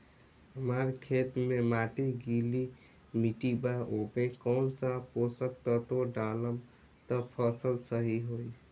हमार खेत के माटी गीली मिट्टी बा ओमे कौन सा पोशक तत्व डालम त फसल सही होई?